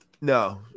no